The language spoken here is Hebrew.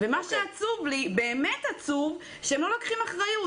ומה שבאמת עצוב לי הוא שהם לא לוקחים אחריות.